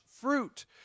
fruit